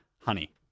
honey